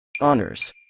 honors